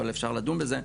אבל אפשר לדון בזה,